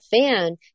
fan